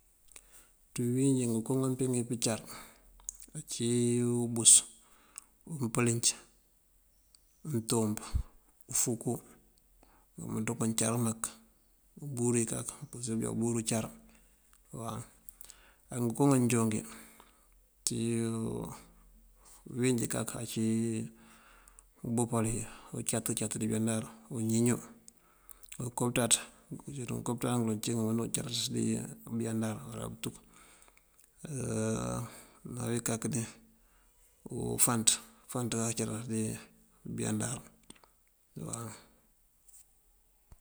Ţí biwínjí ngënko ngampee ngí pëncar ací: ubus, umpëlënc, ngëntump, ufúgú, ngëmënţ ngun acar mak. Umbúrú kak, umbúrú car. Á ngënko ndañoon ngí ţí biwínjí kak ací umboopal iyi uncat catan dí biyandar, uñiñú, unko pëţaţ ngënko ngëmënţandana ngun cí ngun anjoon cakes dí biyandar uwala pëntuk, dí ufanţ ací kak dí biyandar.